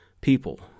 people